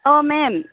औ मेम